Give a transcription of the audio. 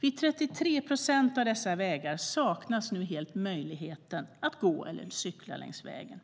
På 33 procent av dessa vägar saknas nu helt möjlighet att gå eller cykla längs vägen.